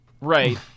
Right